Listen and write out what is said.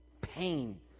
Pain